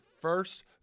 first